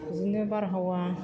बिदिनो बारहावा